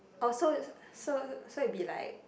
oh so so so it be like